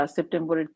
September